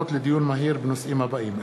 דיון מהיר בהצעה שהעלו חברי הכנסת זהבה גלאון,